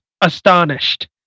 astonished